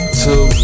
two